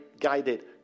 guided